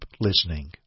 listening